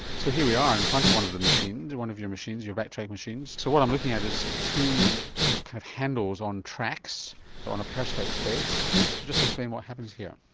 so here we are in front of one of the machines, one of your machines your batrac machines, so what i'm looking at is two kind of handles on tracks on a perspex base, so just explain what happens here.